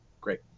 Great